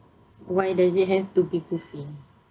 why does it have to be buffet